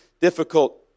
difficult